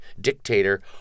dictator